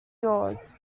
yours